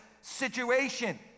situation